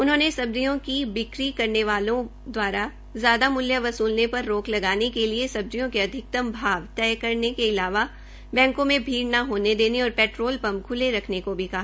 उन्होंने सब्जियों की बिकी करने वालों द्वारा ज्यादा मूल्य वसूलने पर रोक के लिए सब्जियों के अधिकतम भाव तय करने बैंकों में भीड़ ने होने देने और पेट्रोल पंप खुले रखने को भी कहा